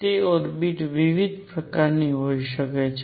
તે ઓર્બિટ્સ વિવિધ પ્રકારની હોઈ શકે છે